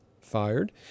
fired